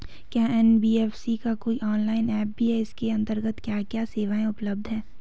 क्या एन.बी.एफ.सी का कोई ऑनलाइन ऐप भी है इसके अन्तर्गत क्या क्या सेवाएँ उपलब्ध हैं?